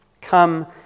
Come